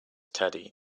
teddy